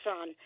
son